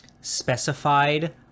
specified